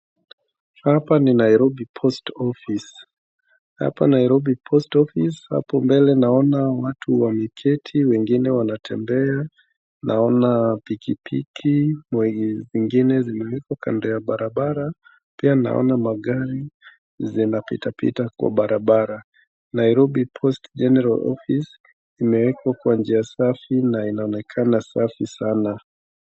Hapa ni Nairobi Post Office. Hapa Nairobi Post Office hapo mbele naona watu wameketi , wengine wanatembea. Naona pikipiki na zingine zimewekwa kando ya barabara . Pia naona magari zinapitapita kwa barabara. Nairobi Post General Office imewekwa kwa njia safi na inaonekana safi sana.